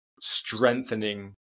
strengthening